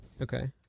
Okay